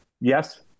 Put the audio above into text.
Yes